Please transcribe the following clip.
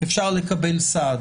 אפשר לקבל סעד.